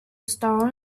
stones